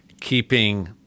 keeping